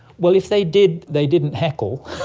well, if they did, they didn't heckle,